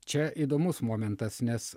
čia įdomus momentas nes